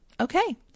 Okay